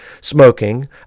smoking